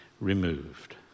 removed